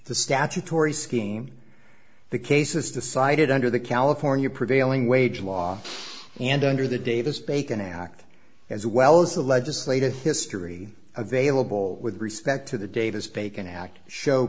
the statutory scheme the case is decided under the california prevailing wage law and under the davis bacon act as well as the legislative history available with respect to the davis bacon act show